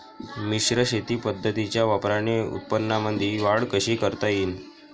मिश्र शेती पद्धतीच्या वापराने उत्पन्नामंदी वाढ कशी करता येईन?